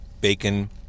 bacon